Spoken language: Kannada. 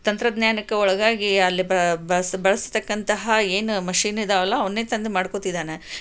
ತಂತ್ರಜ್ಞಾನಕ್ಕೆ ಒಳಗಾಗಿ ಅಲ್ಲಿ ಬಳಸ್ ಬಳಸತಕ್ಕಂತಹ ಏನು ಮಷೀನ್ ಇದ್ದಾವಲ್ಲ ಅವನೇ ತಂದು ಮಾಡ್ಕೊತಿದ್ದಾನೆ